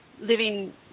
living